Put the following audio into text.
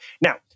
Now